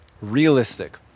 realistic